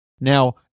Now